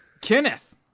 Kenneth